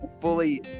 fully